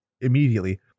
immediately